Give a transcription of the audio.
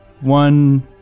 one